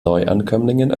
neuankömmlingen